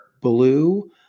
blue